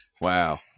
Wow